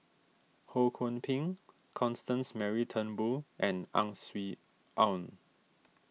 Ho Kwon Ping Constance Mary Turnbull and Ang Swee Aun